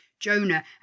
Jonah